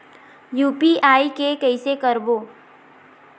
UPI के कइसे करबो?